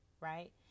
right